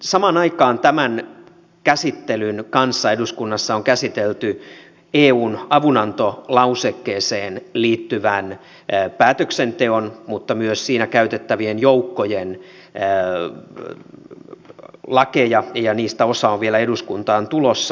samaan aikaan tämän käsittelyn kanssa eduskunnassa on käsitelty eun avunantolausekkeeseen liittyvän päätöksenteon mutta myös siinä käytettävien joukkojen lakeja ja niistä osa on vielä eduskuntaan tulossa